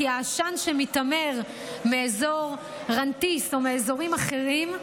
כי העשן שמיתמר מאזור רנתיס או מאזורים אחרים,